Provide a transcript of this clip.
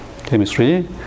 chemistry